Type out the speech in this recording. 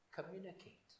Communicate